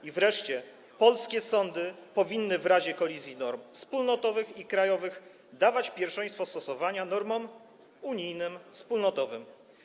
I wreszcie: Polskie sądy powinny w razie kolizji norm wspólnotowych i krajowych dawać pierwszeństwo stosowania normom unijnym, wspólnotowym.